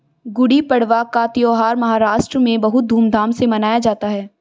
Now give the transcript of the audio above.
गुड़ी पड़वा का त्यौहार महाराष्ट्र में बहुत धूमधाम से मनाया जाता है